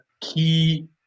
key